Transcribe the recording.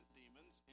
demons